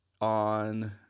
on